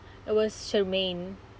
it was shermaine